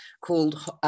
called